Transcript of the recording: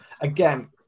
again